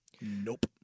nope